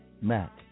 Matt